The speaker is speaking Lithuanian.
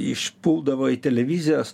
išpuldavo į televizijos